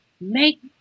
make